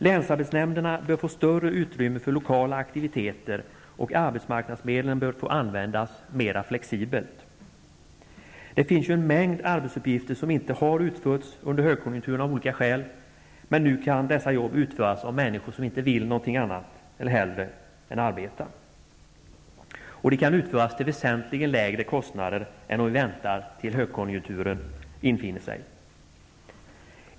Länsarbetsnämnderna bör få större utrymme för lokala aktiviteter, och arbetsmarknadsmedlen bör få användas mer flexibelt. Det finns en mängd arbetsuppgifter som inte har utförts under högkonjunkturen av olika skäl. Nu kan dessa jobb utföras av människor som inte vill något hellre än att arbeta. De kan utföras till väsentligt lägre kostnader än om vi väntar tills högkonjunkturen infinner sig.